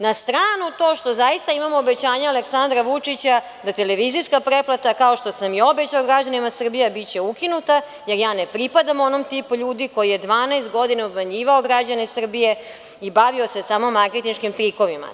Na stranu to što zaista imamo obećanje Aleksandra Vučića da televizijska pretplata kao što sam i obećao građanima Srbije biće ukinuta jer ja ne pripadam onom tipu ljudi koji je 12 godina obmanjivao građane Srbije i bavio se samo marketinškim trikovima.